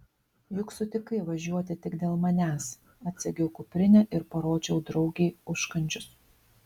juk sutikai važiuoti tik dėl manęs atsegiau kuprinę ir parodžiau draugei užkandžius